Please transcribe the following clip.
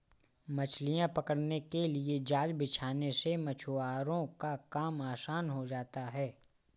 मछलियां पकड़ने के लिए जाल बिछाने से मछुआरों का काम आसान हो जाता है